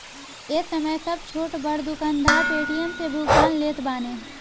ए समय सब छोट बड़ दुकानदार पेटीएम से भुगतान लेत बाने